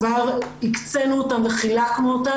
כבר הקצנו אותם וחילקנו אותם,